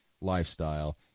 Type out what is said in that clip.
lifestyle